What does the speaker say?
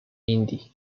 indie